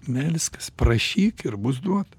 melskis prašyk ir bus duota